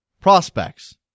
prospects